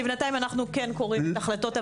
בינתיים אנו כן קוראים את החלטות הוועדה.